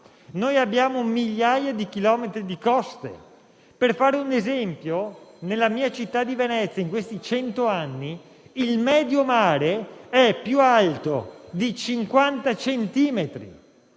e abbiamo migliaia di chilometri di coste. Per fare un esempio, a Venezia, la mia città, in questi cento anni il medio mare è più alto di 50 centimetri: